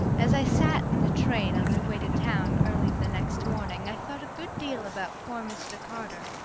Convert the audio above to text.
as i sat in the train on my way to town early the next morning i thought a good deal about poor mr. carter.